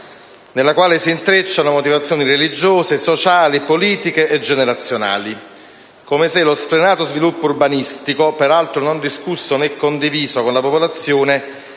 nella quale si intrecciano motivazioni religiose, sociali, politiche e generazionali, come se lo sfrenato sviluppo urbanistico, peraltro non discusso né condiviso con la popolazione,